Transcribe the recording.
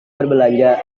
berbelanja